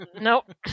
nope